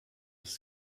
ist